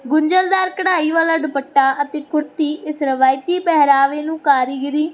ਗੁੰਝਲਦਾਰ ਕਢਾਈ ਵਾਲਾ ਦੁਪੱਟਾ ਅਤੇ ਕੁੜਤੀ ਇਸ ਰਵਾਇਤੀ ਪਹਿਰਾਵੇ ਨੂੰ ਕਾਰੀਗਰੀ